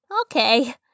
Okay